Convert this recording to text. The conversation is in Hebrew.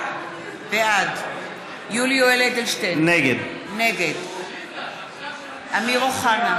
בעד יולי יואל אדלשטיין, נגד אמיר אוחנה,